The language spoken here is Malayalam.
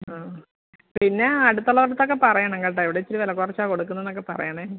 ആ പിന്നെ അടുത്തുള്ളവരുടെ അടുത്തൊക്കെ പറയണം കേട്ടോ ഇവിടെ ഇത്തിരി വില കുറച്ചാണ് കൊടുക്കുന്നത് എന്നൊക്കെ പറയണേ